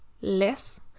less